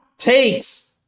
Takes